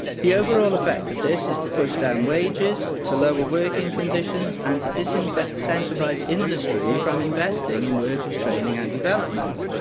the overall effect of this is to push down wages, to lower working conditions, and to disincentivise industry from investing in workers' training and development.